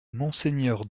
monseigneur